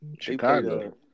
Chicago